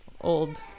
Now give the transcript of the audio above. old